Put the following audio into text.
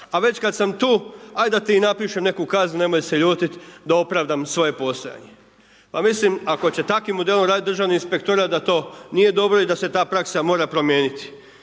a već kad sam tu, ajd da ti i napišem neku kaznu, nemoj se ljutit, da opravdam svoje postojanje.> Pa mislim ako će takvim modelom raditi državni inspektorat, da to nije dobro i da se ta praksa mora promijeniti.